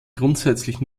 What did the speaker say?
grundsätzlich